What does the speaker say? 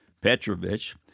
Petrovich